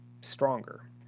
Stronger